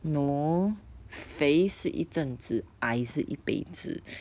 no 肥是一阵子矮是一辈子